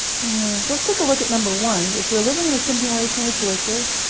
and so let's take a look at number one. if we are living in a simulation with glitches,